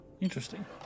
interesting